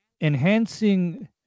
enhancing